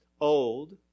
old